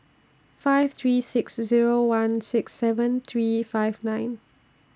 five three six Zero one six seven three five nine